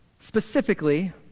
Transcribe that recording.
Specifically